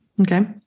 Okay